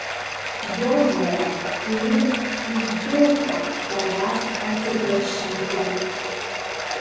jozue turiu už daug ką tavęs atsiprašyti